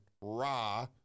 raw